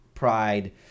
Pride